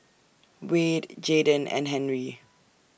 Wayde Jaiden and Henri